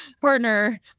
partner